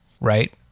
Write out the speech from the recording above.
right